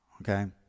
okay